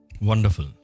Wonderful